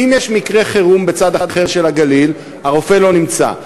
אם יש מקרה חירום בצד אחר של הגליל הרופא לא נמצא.